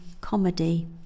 Comedy